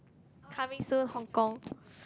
coming soon Hong Kong